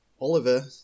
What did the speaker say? Oliver